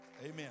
Amen